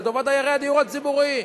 לטובת דיירי הדיור הציבורי.